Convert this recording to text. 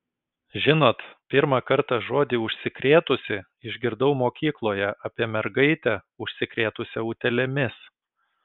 žinot pirmą kartą žodį užsikrėtusi išgirdau mokykloje apie mergaitę užsikrėtusią utėlėmis